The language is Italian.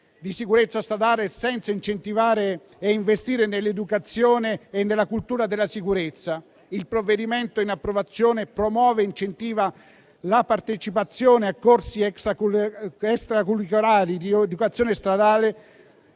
di sicurezza stradale senza incentivare e investire nell'educazione e nella cultura della sicurezza. Il provvedimento in approvazione promuove e incentiva la partecipazione a corsi extracurriculari di educazione stradale